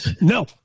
No